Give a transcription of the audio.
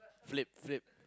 Philip Philip